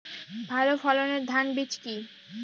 ভালো ফলনের ধান বীজ কি?